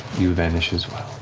you vanish as